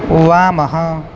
वामः